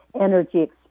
energy